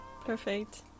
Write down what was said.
Perfect